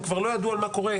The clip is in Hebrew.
הם כבר לא ידעו מה קורה,